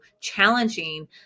challenging